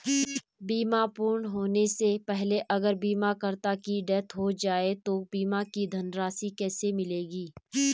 बीमा पूर्ण होने से पहले अगर बीमा करता की डेथ हो जाए तो बीमा की धनराशि किसे मिलेगी?